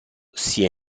sia